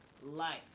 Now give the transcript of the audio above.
life